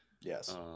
Yes